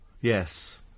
Yes